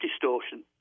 distortion